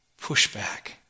pushback